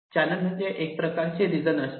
channel म्हणजे एक प्रकारचे रिजन असते